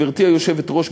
גברתי היושבת-ראש,